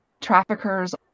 traffickers